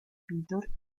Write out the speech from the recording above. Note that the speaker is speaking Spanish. pintor